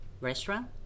restaurant